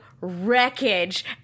wreckage